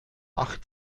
acht